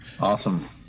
Awesome